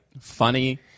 funny